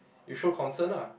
you show concern ah